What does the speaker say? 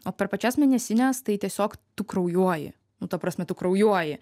o per pačias mėnesines tai tiesiog tu kraujuoji nu ta prasme tu kraujuoji